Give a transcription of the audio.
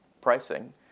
pricing